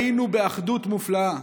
היינו באחדות מופלאה,